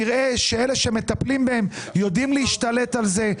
נראה שאלה שמטפלים בהם יודעים להשתלט על זה.